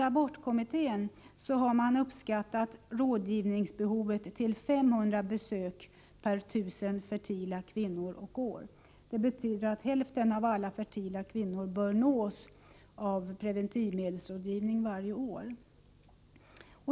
Abortkommittén har uppskattat rådgivningsbehovet till 500 besök per 1 000 fertila kvinnor och år. Det betyder att hälfen av alla fertila kvinnor bör nås av preventivmedelsrådgivning varje år.